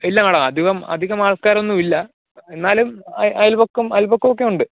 ഇല്ല മേഡം അധികം അധികം ആൾക്കാരൊന്നുമില്ല എന്നാലും അയൽപക്കം അയൽപക്കമൊക്കെ ഉണ്ട്